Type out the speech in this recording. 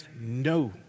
No